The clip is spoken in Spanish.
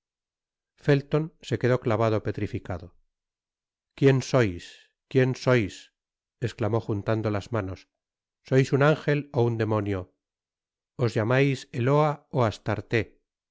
felton se quedó clavado petrificado quién sois quién sois esclamó juntando las manos sois un ángel ó un demonio os llamais eloa ó